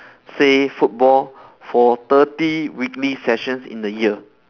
say football for thirty weekly sessions in a year